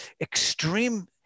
extreme